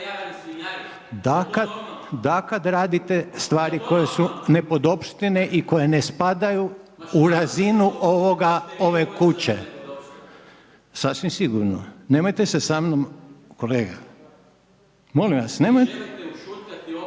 Da, kad radite stvari koje su nepodopštine i koje ne spadaju u razinu ove kuće, … …/Upadica se ne čuje./… Sasvim sigurno, nemojte se samnom, kolega, molim vas, nemojte